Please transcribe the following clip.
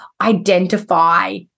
identify